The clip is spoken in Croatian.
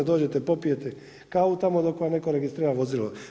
Dođete, popijete kavu tamo dok vam netko registrira vozilo.